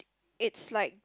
it's like